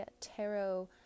tarot